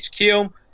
HQ